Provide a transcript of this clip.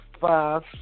Five